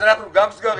אצלנו גם סגרים,